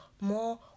more